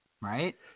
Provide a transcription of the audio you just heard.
right